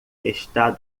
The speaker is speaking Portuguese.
está